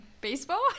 baseball